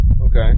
okay